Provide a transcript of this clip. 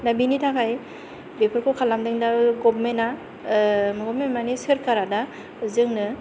दा बेनि थाखाय बेफोरखौ खालामदोंदाबाबो गभार्नमेना सोरखारा दा जोंनो